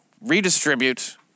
Redistribute